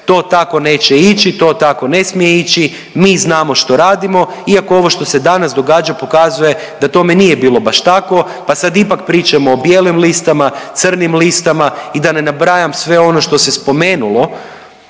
to tako neće ići, to tako ne smije ići, mi znamo što radimo iako ovo što se danas događa pokazuje da tome nije bilo baš tako pa sad ipak pričamo o bijelim listama, crnim listama i da ne nabrajam sve ono što se spomenulo